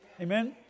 Amen